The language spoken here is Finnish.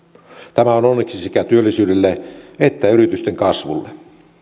tämä on onneksi sekä työllisyydelle että yritysten kasvulle